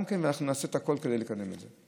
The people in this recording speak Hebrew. אנחנו נעשה הכול כדי לקדם את זה.